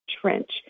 Trench